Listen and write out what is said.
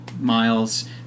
miles